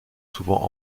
souvent